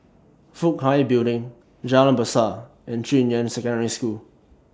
Fook Hai Building Jalan Besar and Junyuan Secondary School